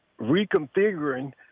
reconfiguring